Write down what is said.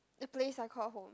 the place I call home